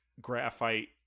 graphite